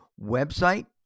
website